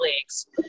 leagues